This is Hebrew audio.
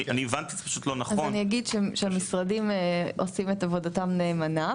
אני אגיד שהמשרדים עושים את עבודתם נאמנה,